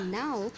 now